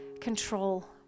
control